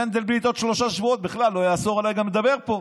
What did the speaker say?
מנדלבליט עוד שלושה שבועות בכלל יאסור עליי גם לדבר פה.